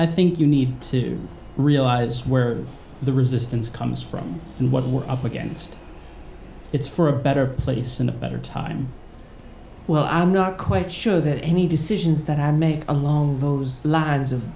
i think you need to realize where the resistance comes from and what we're up against it's for a better place and a better time well i'm not quite sure that any decisions that i make along those lines of